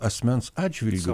asmens atžvilgiu